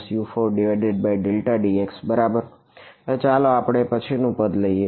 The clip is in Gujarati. U3ΔU4Δdx બરાબર હવે ચાલો હવે પછીનું પદ લઈએ